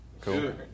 Cool